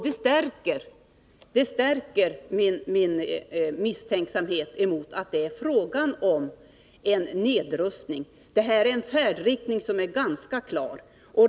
Det stärker min misstanke om att det är fråga om en nedrustning och om en färdriktning som är ganska klar.